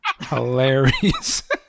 Hilarious